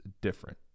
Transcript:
different